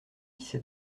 c’est